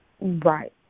Right